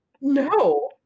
no